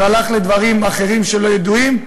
שהכסף הלך לדברים אחרים, ידועים.